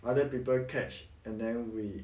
other people catch and then we